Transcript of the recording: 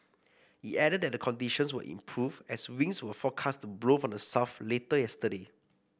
it added that conditions would improve as winds were forecast to blow from the south later yesterday